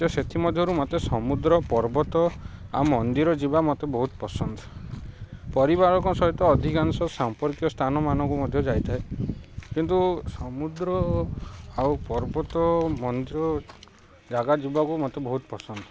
ତ ସେଥିମଧ୍ୟରୁ ମୋତେ ସମୁଦ୍ର ପର୍ବତ ଆଉ ମନ୍ଦିର ଯିବା ମୋତେ ବହୁତ ପସନ୍ଦ ପରିବାରଙ୍କ ସହିତ ଅଧିକାଂଶ ସମ୍ପର୍କୀୟ ସ୍ଥାନମାନଙ୍କୁ ମଧ୍ୟ ଯାଇଥାଏ କିନ୍ତୁ ସମୁଦ୍ର ଆଉ ପର୍ବତ ମନ୍ଦିର ଜାଗା ଯିବାକୁ ମୋତେ ବହୁତ ପସନ୍ଦ